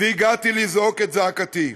והגעתי לזעוק את זעקתי.